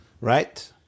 Right